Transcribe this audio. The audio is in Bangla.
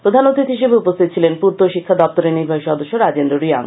প্রধান অতিথি হিসেবে উপস্থিত ছিলেন পূর্ত ও শিক্ষা দপ্তরের নির্বাহী সদস্য রাজেন্দ্র রিয়াং